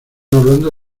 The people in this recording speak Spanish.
hablando